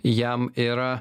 jam yra